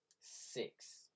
Six